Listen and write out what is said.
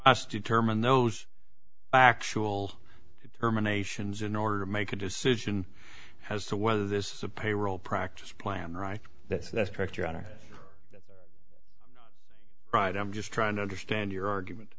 us determine those actual determinations in order to make a decision as to whether this is a payroll practice plan right that's that's correct your honor right i'm just trying to understand your argument